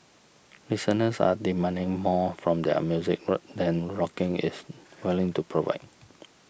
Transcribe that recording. listeners are demanding more from their music than rocking is willing to provide